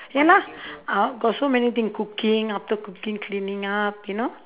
ya lah uh got so many thing cooking after cooking cleaning up you know